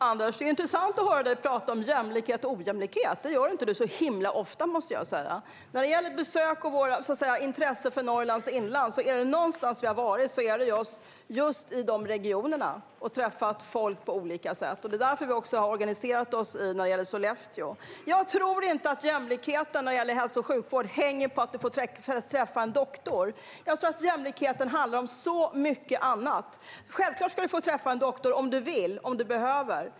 Herr talman! Det är intressant att höra dig, Anders, tala om jämlikhet och ojämlikhet. Det gör du inte så himla ofta, måste jag säga. När det gäller Vänsterpartiets intresse för Norrlands inland kan jag säga att om det är någonstans vi har varit och besökt är det just dessa regioner. Vi har träffat folk där på olika sätt, och det är just därför vi har organiserat oss när det gäller Sollefteå. Jag tror inte att jämlikheten när det gäller hälso och sjukvård hänger på att man får träffa en doktor. Jag tror att jämlikheten handlar om så mycket annat. Självklart ska man få träffa en doktor om man vill och om man behöver.